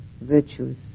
virtues